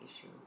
issue